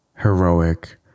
heroic